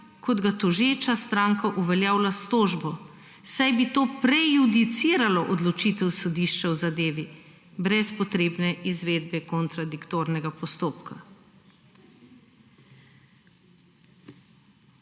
kot ga tožeča stranka uveljavlja s tožbo, saj bi to prejudiciralo odločitve sodišča o zadevi brez potrebne izvedbe kontradiktornega postopka.